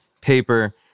paper